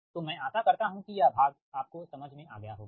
तो मैं आशा करता हुं की यह भाग आपको समझ में आ गया होगा